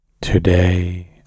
Today